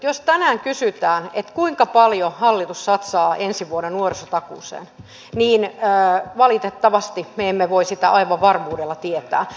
jos tänään kysytään kuinka paljon hallitus satsaa ensi vuonna nuorisotakuuseen niin valitettavasti me emme voi sitä aivan varmuudella tietää